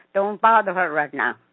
don't bother her right now